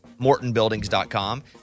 MortonBuildings.com